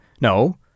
no